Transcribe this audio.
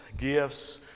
gifts